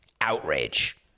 outrage